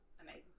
amazing